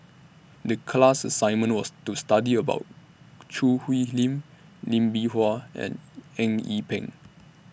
The class assignment was to study about Choo Hwee Lim Lee Bee Wah and Eng Yee Peng